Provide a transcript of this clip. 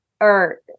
or-